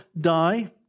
die